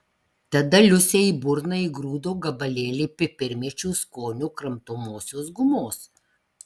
tada liusei į burną įgrūdo gabalėlį pipirmėčių skonio kramtomosios gumos